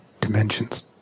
dimensions